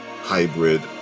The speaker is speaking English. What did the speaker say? hybrid